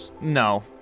no